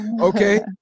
okay